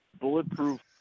bulletproof